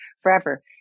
forever